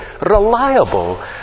reliable